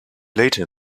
later